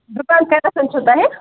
دُکان کتٮ۪تھ حظ چھُو تۄہہِ